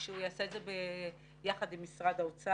ושהוא יעשה את זה יחד עם משרד האוצר.